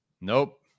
Nope